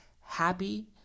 happy